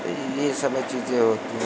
तो यह सब चीज़ें होती हैं